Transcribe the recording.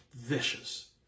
Vicious